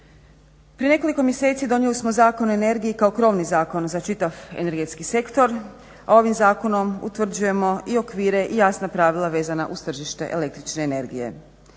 Prije nekoliko mjeseci donijeli smo Zakon o energiji kao krovni zakon za čitav energetski sektor, a ovim zakonom utvrđujemo i okvire i jasna pravila vezana uz tržište električne energije.